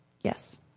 Yes